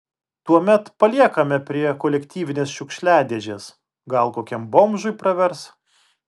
tuomet paliekame prie kolektyvinės šiukšliadėžės gal kokiam bomžui pravers